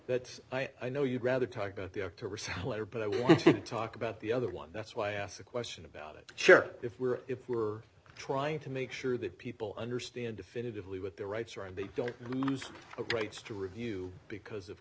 that i know you'd rather talk about the october salar but i want to talk about the other one that's why i asked the question about it sure if we're if we're trying to make sure that people understand definitively what their rights are and they don't rights to review because of